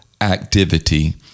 activity